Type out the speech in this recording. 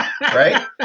right